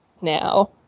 now